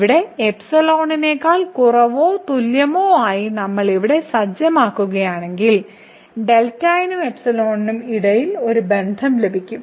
ഇവിടെ ϵ എന്നതിനേക്കാൾ കുറവോ തുല്യമോ ആയി നമ്മൾ ഇവിടെ സജ്ജമാക്കുകയാണെങ്കിൽ δ നും നും ഇടയിൽ ഒരു ബന്ധം ലഭിക്കും